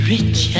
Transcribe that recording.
Rich